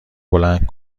بلند